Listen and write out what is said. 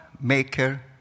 maker